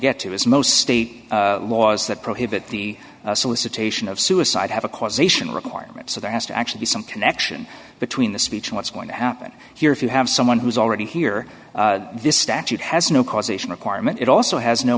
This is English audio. get to is most state laws that prohibit the solicitation of suicide have a causation requirement so there has to actually be some connection between the speech and what's going to happen here if you have someone who's already here this statute has no causation requirement it also has no